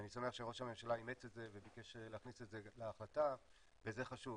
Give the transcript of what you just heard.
אני שמח שראש הממשלה אימץ את זה וביקש להכניס את זה להחלטה וזה חשוב,